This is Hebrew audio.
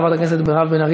חברת הכנסת מירב בן ארי,